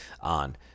on